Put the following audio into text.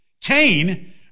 Cain